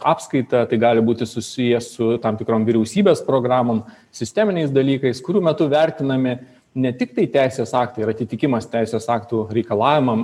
apskaita tai gali būti susiję su tam tikrom vyriausybės programom sisteminiais dalykais kurių metu vertinami ne tiktai teisės aktai ir atitikimas teisės aktų reikalavimam